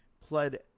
pled